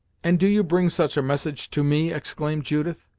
and do you bring such a message to me, exclaimed judith,